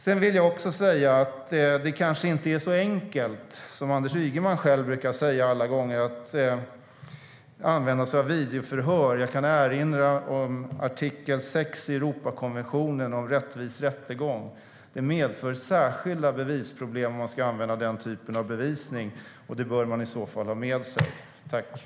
Jag vill också säga att det kanske inte är så enkelt, som Anders Ygeman själv brukar säga, alla gånger att använda sig av videoförhör. Jag kan erinra om artikel 6 i Europakonventionen om rättvis rättegång. Det medför särskilda bevisproblem om man ska använda den typen av bevisning, och det bör man i så fall vara medveten om.